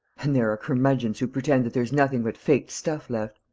and there are curmudgeons who pretend that there's nothing but faked stuff left.